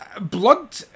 Blood